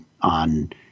on